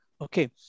okay